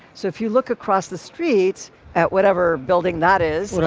so if you look across the street at whatever building that is,